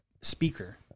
speaker